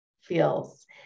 feels